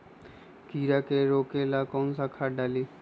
कीड़ा के रोक ला कौन सा खाद्य डाली?